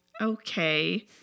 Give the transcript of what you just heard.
okay